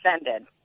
offended